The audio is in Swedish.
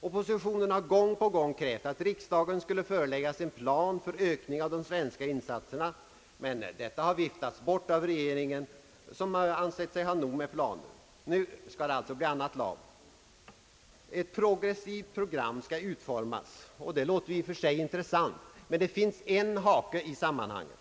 Oppositionen har gång på gång krävt att en plan för ökning av de svenska insatserna skulle föreläggas riksdagen, men detta har viftats bort av regeringen, som ansett sig ha nog med planer. Nu skall det alltså bli annat av. »Ett progressivt program» skall utformas. Detta låter i och för sig intressant, men det finns en hake i sammanhanget.